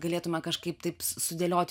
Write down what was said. galėtume kažkaip taip sudėlioti